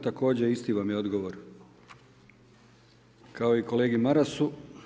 Također isti vam je odgovor kao i kolegi Marasu.